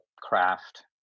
craft